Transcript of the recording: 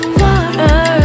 water